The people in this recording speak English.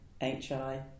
HI